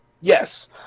Yes